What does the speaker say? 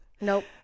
Nope